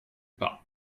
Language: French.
pas